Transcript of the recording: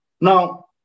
Now